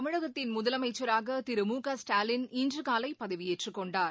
தமிழகத்தின் முதலமைச்சராக திரு முகஸ்டாலின் இன்று காலை பதவியேற்றுக் கொண்டார்